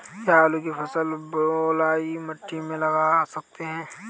क्या आलू की फसल बलुई मिट्टी में लगा सकते हैं?